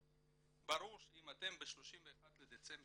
ברור שאם אתם ב-31 לדצמבר